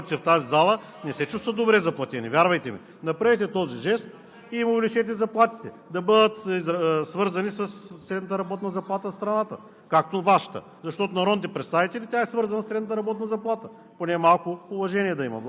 телосложение или както искате да го кажете, охраната, която Ви осигуряват и комфорта да работите в тази зала, не се чувстват добре заплатени, вярвайте ми. Направете този жест и им увеличете заплатите, да бъдат свързани със средната работна заплата в страната,